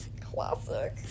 Classic